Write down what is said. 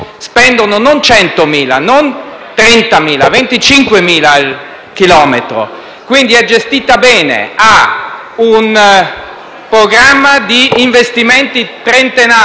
spendono non 100.000 euro, non 30.000 euro, ma 25.000 euro al chilometro. Quindi è gestita bene, ha un programma di investimenti trentennale